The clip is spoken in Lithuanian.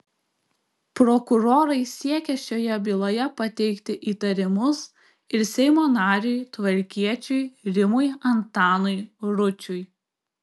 prokurorai siekia šioje byloje pateikti įtarimus ir seimo nariui tvarkiečiui rimui antanui ručiui